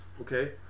okay